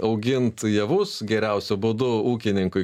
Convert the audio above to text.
augint javus geriausiu būdu ūkininkui